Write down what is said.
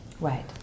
Right